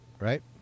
right